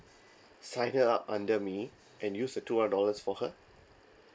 sign her up under me and use the two hundred dollars for her